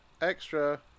extra